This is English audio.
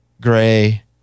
gray